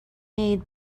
made